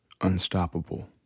unstoppable